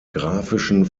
grafischen